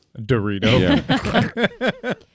Dorito